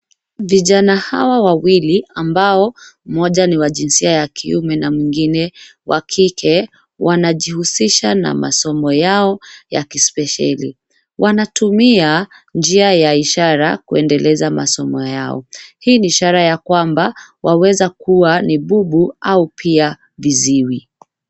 Vijana hawa wawili ambao mmoja ni wa jinsia ya kiume na mwingine wa kike, wanajihusisha na masomo yao ya kispesheli. Wanatumia njia ya ishara kuendeleza masomo yao. Hii ni ishara ya kwamba waweza kuwa bubu au pia viziwi.